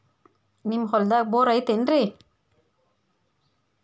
ನಿಮ್ಮ ಹೊಲ್ದಾಗ ಬೋರ್ ಐತೇನ್ರಿ?